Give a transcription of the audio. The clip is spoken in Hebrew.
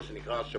מה שנקרא השפדן.